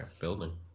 building